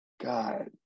god